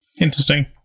Interesting